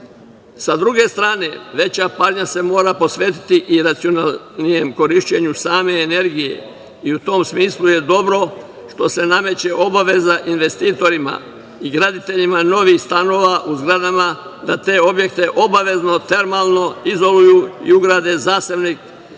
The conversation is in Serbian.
druge strane, veća pažnja se mora posvetiti i racionalnijem korišćenju same energije. U tom smislu je dobro što se nameće obaveza investitorima i graditeljima novih stanova u zgradama da te objekte obavezno termalno izoluju u ugrade zasebne